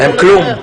הם כלום.